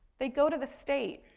they go to the state.